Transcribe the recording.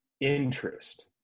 interest